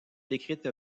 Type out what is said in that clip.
écrite